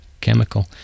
Chemical